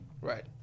Right